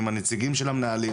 עם הנציגים של המנהלים?